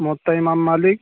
مؤطا امام مالک